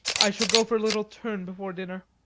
i shall go for a little turn before dinner.